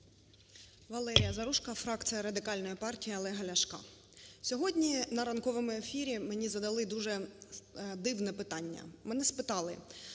ВалеріяЗаружко, фракція Радикальна партія Олега Ляшка. Сьогодні на ранковому ефірі мені задали дуже дивне питання. Мене спитали,